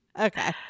Okay